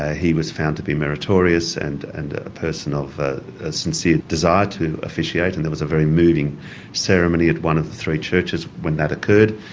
ah he was found to be meritorious and and ah a person of a sincere desire to officiate, and there was a very moving ceremony at one of the three churches when that occurred.